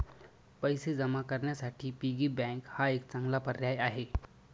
पैसे जमा करण्यासाठी पिगी बँक हा एक चांगला पर्याय आहे